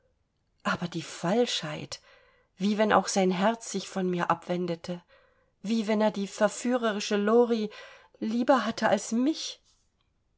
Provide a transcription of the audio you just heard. aber die falschheit wie wenn auch sein herz sich von mir abwendete wie wenn er die verführerische lori lieber hatte als mich